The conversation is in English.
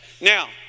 Now